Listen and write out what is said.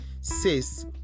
says